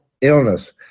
illness